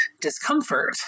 discomfort